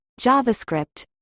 JavaScript